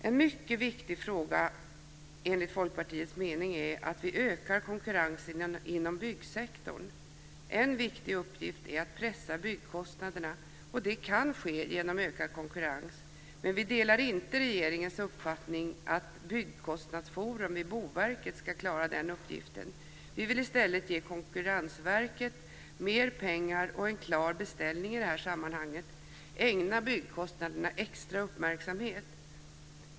En mycket viktig fråga, enligt Folkpartiets mening, är att vi ökar konkurrensen inom byggsektorn. En viktig uppgift är att pressa byggkostnaderna, och det kan ske genom ökad konkurrens. Men vi delar inte regeringens uppfattning att Byggkostnadsforum vid Boverket ska klara den uppgiften. Vi vill i stället ge Konkurrensverket mer pengar och en klar beställning i detta sammanhang - ägna byggkostnaderna extra uppmärksamhet.